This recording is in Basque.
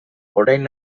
orain